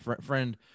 friend